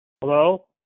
Hello